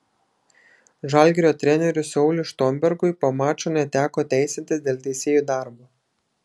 žalgirio treneriui sauliui štombergui po mačo neteko teisintis dėl teisėjų darbo